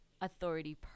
authority